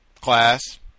Class